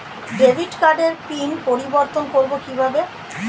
Debit কার্ডের pin পরিবর্তন করবো কীভাবে?